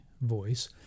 voice